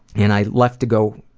and i left to go